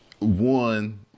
One